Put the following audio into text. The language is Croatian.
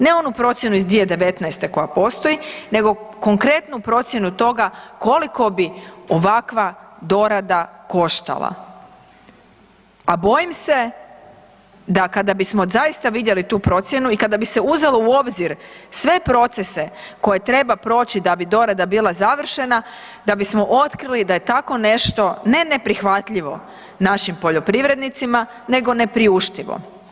Ne onu procjenu iz 2019. koja postoji nego konkretnu procjenu toga koliko bi ovakva dorada koštala, a bojim se da kada bismo zaista vidjeli tu procjenu i kada bi se uzelo u obzir sve procese koje treba proći da bi dorada bila završena, da bismo otkrili da je tako nešto ne neprihvatljivo našim poljoprivrednicima nego nepriuštivo.